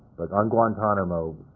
like on guantanamo,